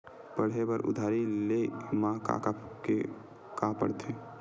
पढ़े बर उधारी ले मा का का के का पढ़ते?